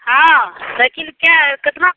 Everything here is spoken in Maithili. हँ साइकिलके कितना